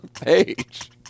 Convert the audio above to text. page